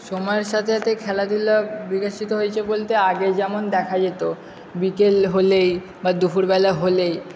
সময়ের সাথে সাথে খেলাধুলা বিকশিত হয়েছে বলতে আগে যেমন দেখা যেতো বিকেল হলেই বা দুপুরবেলা হলেই